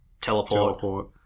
teleport